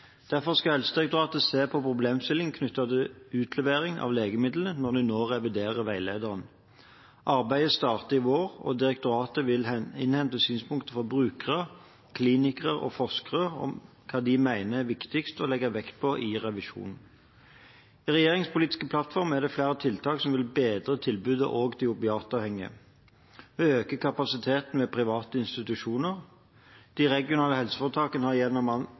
Derfor skal Helsedirektoratet se på problemstillinger knyttet til utlevering av legemidler når de nå skal revidere veilederen. Arbeidet starter i vår, og direktoratet vil innhente synspunkter fra brukere, klinikere og forskere om hva de mener er viktigst å legge vekt på i revisjonen. I regjeringens politiske plattform er det flere tiltak som vil bedre tilbudet også for opiatavhengige. Vi øker kapasiteten ved private institusjoner. De regionale helseforetakene har